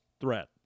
threat